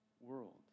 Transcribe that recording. world